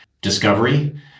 discovery